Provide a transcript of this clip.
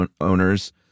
owners